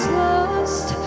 lost